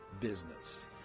business